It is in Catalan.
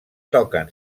toquen